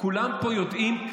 כולם פה יודעים,